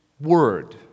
Word